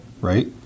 Right